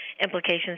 implications